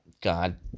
god